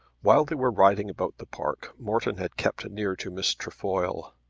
while they were riding about the park morton had kept near to miss trefoil.